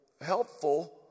helpful